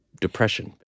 depression